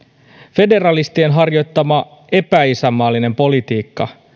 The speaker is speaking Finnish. federalistien harjoittama epäisänmaallinen politiikka